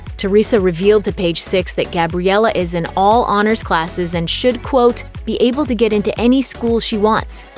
teresa revealed to page six that gabriella is in all honors classes and should, quote, be able to get into any school she wants.